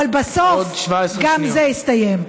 אבל בסוף גם זה יסתיים.